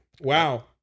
Wow